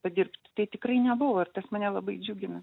padirbti tai tikrai nebuvo ir tas mane labai džiugina